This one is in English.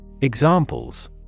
Examples